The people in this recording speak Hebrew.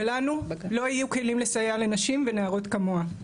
ולנו לא יהיו כלים לסייע לנשים ולנערות כמוה,